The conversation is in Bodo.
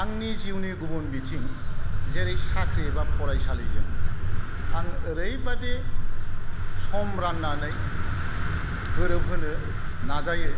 आंनि जिउनि गुबुन बिथिं जेरै साख्रि एबा फराइसालिजों आं ओरैबादि सम राननानै गोरोबहोनो नाजायो